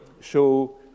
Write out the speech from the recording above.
show